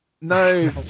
No